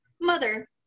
mother